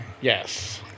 Yes